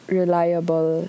reliable